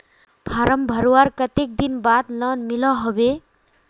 Form भरवार कते दिन बाद लोन मिलोहो होबे?